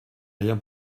rien